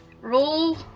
Roll